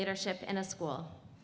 leadership in a school